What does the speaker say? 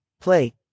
play